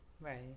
right